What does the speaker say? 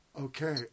Okay